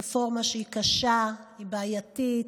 רפורמה שהיא קשה, היא בעייתית.